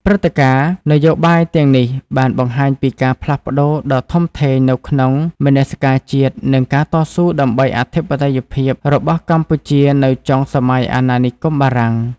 ព្រឹត្តិការណ៍នយោបាយទាំងនេះបានបង្ហាញពីការផ្លាស់ប្តូរដ៏ធំធេងនៅក្នុងមនសិការជាតិ និងការតស៊ូដើម្បីអធិបតេយ្យភាពរបស់កម្ពុជានៅចុងសម័យអាណានិគមបារាំង។